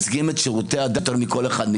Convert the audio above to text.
מייצגים את שירותי הדת יותר מכל אחד,